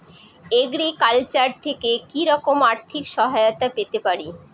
Agriculture থেকে কি রকম আর্থিক সহায়তা পেতে পারি?